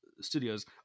studios